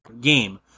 game